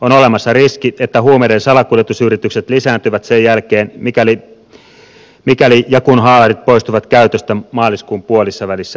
on olemassa riski että huumeiden salakuljetusyritykset lisääntyvät sen jälkeen kun haalarit poistuvat käytöstä maaliskuun puolivälissä